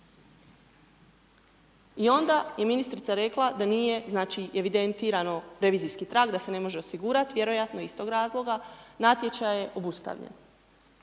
I onda je ministrica rekla da nije evidentirano revizijski trag, da se ne može osigurati, vjerojatno iz tog razloga, natječaj je obustavljen.